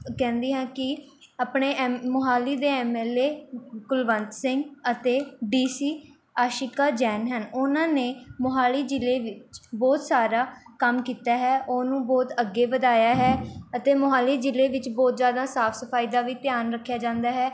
ਕਹਿੰਦੀ ਹਾਂ ਕਿ ਆਪਣੇ ਐਮ ਮੋਹਾਲੀ ਦੇ M L A Kulwant Singh ਅਤੇ ਡੀਸੀ ਆਸ਼ਿਕਾ ਜੈਨ ਹਨ ਉਹਨਾਂ ਨੇ ਮੋਹਾਲੀ ਜ਼ਿਲ੍ਹੇ ਵਿੱਚ ਬਹੁਤ ਸਾਰਾ ਕੰਮ ਕੀਤਾ ਹੈ ਉਹਨੂੰ ਬਹੁਤ ਅੱਗੇ ਵਧਾਇਆ ਹੈ ਅਤੇ ਮੋਹਾਲੀ ਜ਼ਿਲ੍ਹੇ ਵਿੱਚ ਬਹੁਤ ਜ਼ਿਆਦਾ ਸਾਫ਼ ਸਫ਼ਾਈ ਦਾ ਵੀ ਧਿਆਨ ਰੱਖਿਆ ਜਾਂਦਾ ਹੈ